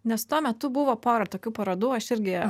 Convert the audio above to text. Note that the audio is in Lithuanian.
nes tuo metu buvo pora tokių parodų